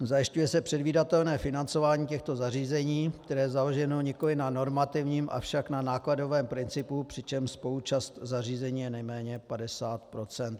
Zajišťuje se předvídatelné financování těchto zařízení, které je založeno nikoliv na normativním, avšak na nákladovém principu, přičemž spoluúčast zařízení je nejméně 50 %.